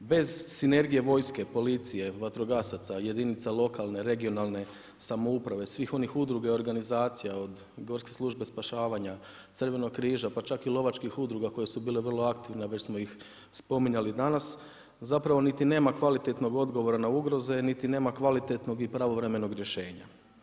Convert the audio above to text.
Bez sinergije vojske, policije, vatrogasaca, jedinica lokalne, regionalne samouprave, svih onih udruga i organizacija od Gorske službe spašavanja, Crvenog križa, pa čak i lovačkih udruga koje su bile vrlo aktivne a već smo ih spominjali danas zapravo niti nema kvalitetnog odgovora na ugroze, niti nema kvalitetnog i pravovremeno rješenja.